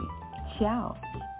Ciao